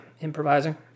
Improvising